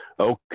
Okay